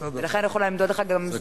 לכן אני לא יכולה למדוד לך זמן.